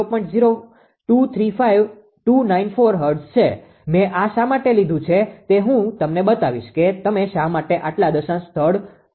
0235294 hertz છે મે આ શા માટે લીધું છે તે હું તમને બતાવીશ કે તમે શા માટે આટલા દશાંશ સ્થળો લો છો